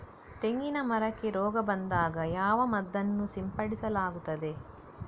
ತೆಂಗಿನ ಮರಕ್ಕೆ ರೋಗ ಬಂದಾಗ ಯಾವ ಮದ್ದನ್ನು ಸಿಂಪಡಿಸಲಾಗುತ್ತದೆ?